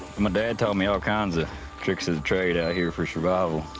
my dad taught me all kinds of tricks of the trade out here for survival.